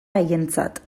haientzat